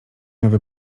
nowy